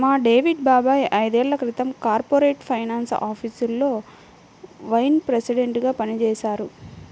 మా డేవిడ్ బాబాయ్ ఐదేళ్ళ క్రితం కార్పొరేట్ ఫైనాన్స్ ఆఫీసులో వైస్ ప్రెసిడెంట్గా పనిజేశారు